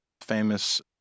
famous